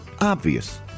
obvious